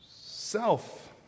Self